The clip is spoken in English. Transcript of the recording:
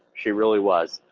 she really was.